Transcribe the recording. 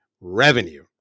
revenue